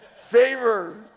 favor